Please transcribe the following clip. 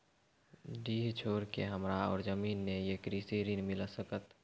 डीह छोर के हमरा और जमीन ने ये कृषि ऋण मिल सकत?